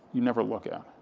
you never look at.